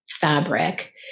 fabric